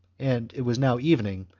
and it was now evening,